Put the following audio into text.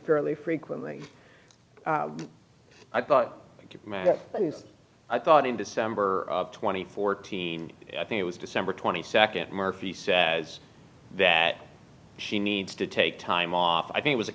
fairly frequently i thought i thought in december twenty fourth i think it was december twenty second murphy said that she needs to take time off i think was a